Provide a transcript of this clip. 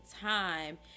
time